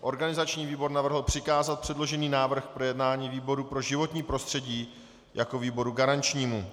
Organizační výbor navrhl přikázat předložený návrh k projednání výboru pro životní prostředí jako výboru garančnímu.